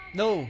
no